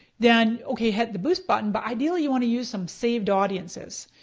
then okay hit the boost button, but ideally you want to use some saved audiences,